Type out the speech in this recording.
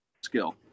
skill